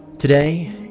Today